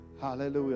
hallelujah